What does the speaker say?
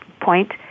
point